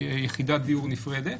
יחידת דיור נפרדת.